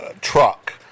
truck